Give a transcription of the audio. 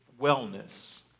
Wellness